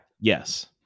yes